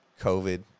covid